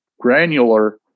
granular